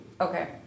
okay